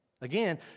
Again